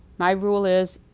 my rule is,